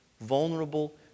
vulnerable